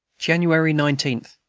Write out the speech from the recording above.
january nineteen.